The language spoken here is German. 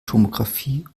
tomographie